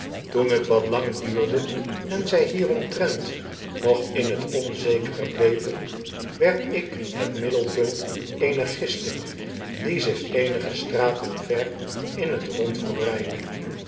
toen het wat lang duurde en zy hieromtrent nog in het onzekere bleven werd ik het middelpunt eener gisting die zich eenige straten ver in het rond